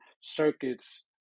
circuits